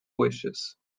wishes